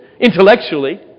intellectually